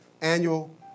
annual